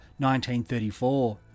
1934